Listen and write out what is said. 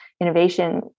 innovation